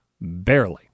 Barely